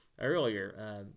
earlier